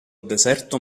deserto